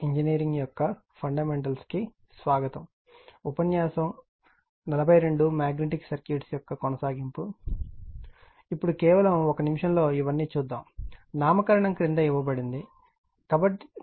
ఇప్పుడు కేవలం ఒక నిమిషంలో ఇవన్నీ చూద్దాం నామకరణం క్రింద ఇవ్వబడింది